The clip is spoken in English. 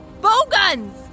Bowguns